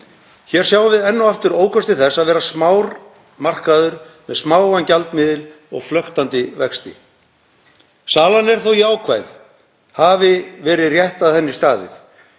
Hér sjáum við enn og aftur ókosti þess að vera smár markaður með smáan gjaldmiðil og flöktandi vexti. Salan er þó jákvæð, hafi verið rétt að henni staðið.